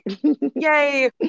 yay